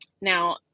Now